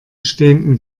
stehenden